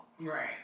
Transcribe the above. Right